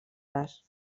les